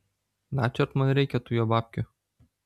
načiort man reikia tų jo babkių